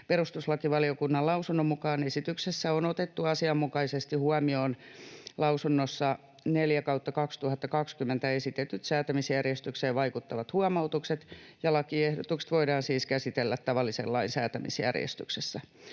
Perustuslakivaliokunnan lausunnon mukaan esityksessä on otettu asianmukaisesti huomioon lausunnossa 4/2020 esitetyt säätämisjärjestykseen vaikuttavat huomautukset, ja lakiehdotukset voidaan siis käsitellä tavallisen lain säätämisjärjestyksessä.